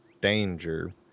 danger